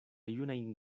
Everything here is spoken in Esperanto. junajn